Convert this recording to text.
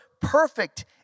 perfect